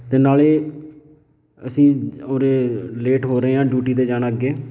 ਅਤੇ ਨਾਲੇ ਅਸੀਂ ਉਰੇ ਲੇਟ ਹੋ ਰਹੇ ਹਾਂ ਡਿਊਟੀ 'ਤੇ ਜਾਣਾ ਅੱਗੇ